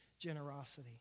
generosity